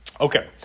Okay